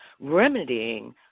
remedying